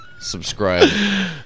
subscribe